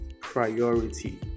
priority